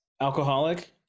alcoholic